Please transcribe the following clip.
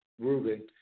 Ruben